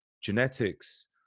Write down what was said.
genetics